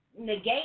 negate